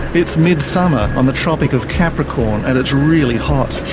it's midsummer on the tropic of capricorn and it's really hot.